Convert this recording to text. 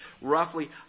roughly